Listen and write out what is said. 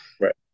Right